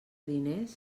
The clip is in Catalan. diners